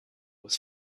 was